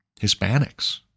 Hispanics